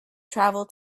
travel